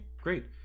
great